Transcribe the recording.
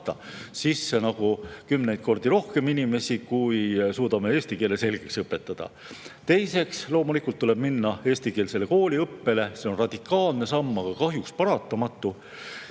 sisse kümneid kordi rohkem inimesi, kui me suudame eesti keele selgeks õpetada. Teiseks, loomulikult tuleb üle minna eestikeelsele kooliõppele, see on radikaalne samm, aga kahjuks paratamatu.